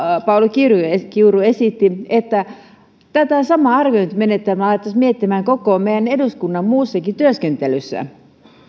pauli kiuru esitti että tätä samaa arviointimenetelmää alettaisiin miettimään koko meidän eduskunnan muussakin työskentelyssä